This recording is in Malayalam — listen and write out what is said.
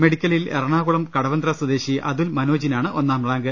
മെഡിക്കലിൽ എറണാകുളം കടവന്ത്ര സ്വദേശി അതുൽ മനോജിനാണ് ഒന്നാം റാങ്ക്